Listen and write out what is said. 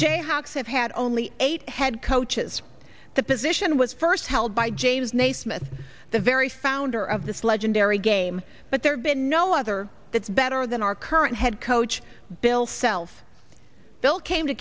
jailhouse have had only eight head coaches the position was first held by james naismith the very founder of this legendary game but there have been no other that's better than our current head coach bill self bill came to